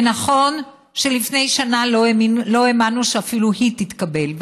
ונכון שלפני שנה לא האמנו שאפילו היא תתקבל,